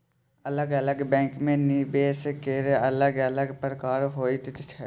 अलग अलग बैंकमे निवेश केर अलग अलग प्रकार होइत छै